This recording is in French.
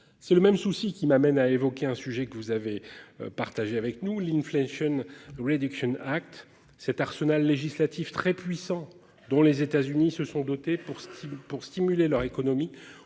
C'est le même souci qui m'amène à évoquer un sujet que vous avez partagé avec nous l'inflation réduction Act cet arsenal législatif très puissants, dont les États-Unis se sont dotés pour pour stimuler leur économie